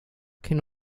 can